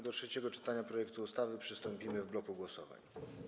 Do trzeciego czytania projektu ustawy przystąpimy w bloku głosowań.